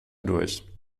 durch